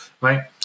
right